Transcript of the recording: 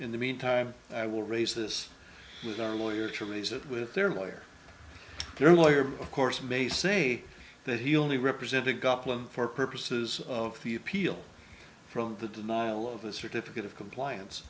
in the meantime i will raise this with our lawyer to raise it with their lawyer their lawyer course may say that he only represented gotland for purposes of the appeal from the denial of the certificate of compliance